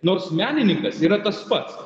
nors menininkas yra tas pats